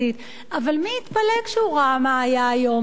אבל מי יתפלא כשהוא ראה מה היה היום בקדימה?